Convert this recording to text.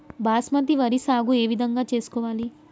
బాస్మతి వరి సాగు ఏ విధంగా చేసుకోవాలి?